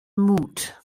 moot